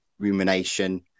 rumination